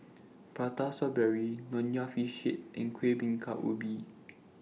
Prata Strawberry Nonya Fish Head and Kuih Bingka Ubi